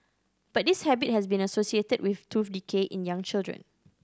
but this habit has been associated with tooth decay in young children